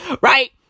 Right